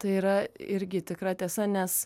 tai yra irgi tikra tiesa nes